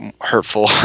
hurtful